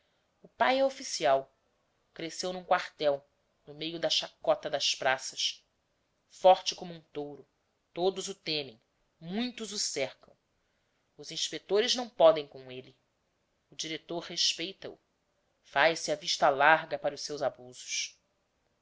o pai é oficial cresceu num quartel no meio da chacota das praças forte como um touro todos o temem muitos o cercam os inspetores não podem com ele o diretor respeita o faz-se a vista larga para os seus abusos